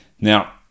Now